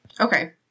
okay